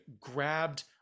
grabbed